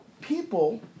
people